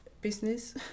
business